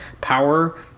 power